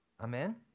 Amen